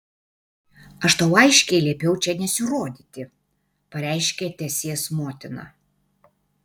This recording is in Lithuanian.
aš tau aiškiai liepiau čia nesirodyti pareiškė tesės motina